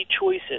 choices